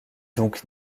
donc